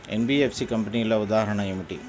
NBFC కంపెనీల ఉదాహరణ ఏమిటి?